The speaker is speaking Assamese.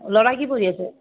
ল'ৰাই কি পঢ়ি আছে